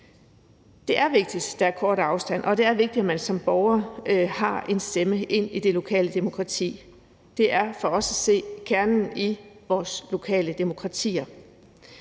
Det er vigtigt, at der er kort afstand, og det er vigtigt, at man som borger har en stemme ind i det lokale demokrati. Det er for os at se kernen i vores lokale demokratier.